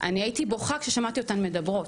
אני הייתי בוכה כשהייתי שומעת אותן מדברות,